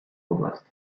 oblast